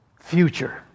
future